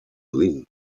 lyn